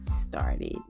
started